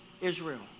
Israel